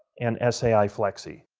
and sai flexi.